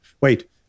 Wait